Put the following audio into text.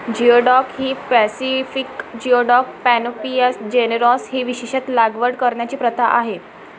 geoduck ही Pacific geoduck, panopea generosa ही विशेषत लागवड करण्याची प्रथा आहे